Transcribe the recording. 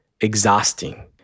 exhausting